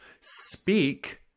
speak